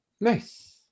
Nice